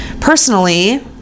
Personally